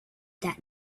that